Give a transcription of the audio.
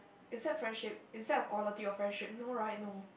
is that friendship is that of quality of friendship no right no